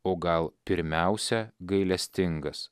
o gal pirmiausia gailestingas